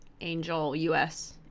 Angel-us